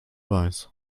weiß